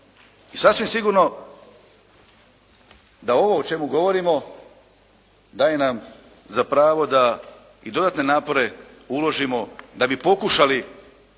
I sasvim sigurno da ovo o čemu govorimo daje nam za pravo da i dodatne napore uložimo da bi pokušali